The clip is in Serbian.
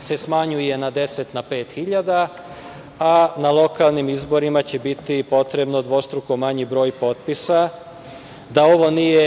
se smanjuje sa 10 na 5 hiljada, a na lokalnim izborima će biti potrebno dvostruko manji broj potpisa, da ovo nije